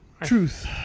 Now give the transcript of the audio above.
Truth